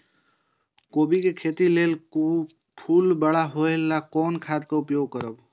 कोबी के खेती लेल फुल बड़ा होय ल कोन खाद के उपयोग करब?